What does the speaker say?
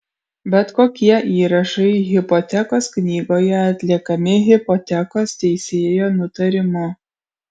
bet kokie įrašai hipotekos knygoje atliekami hipotekos teisėjo nutarimu